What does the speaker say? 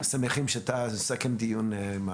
שמחים שאתה מסכם דיון.